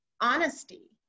honesty